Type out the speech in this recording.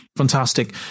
Fantastic